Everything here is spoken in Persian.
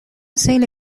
سیل